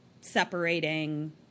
separating